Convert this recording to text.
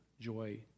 joy